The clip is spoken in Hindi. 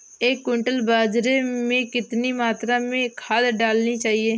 एक क्विंटल बाजरे में कितनी मात्रा में खाद डालनी चाहिए?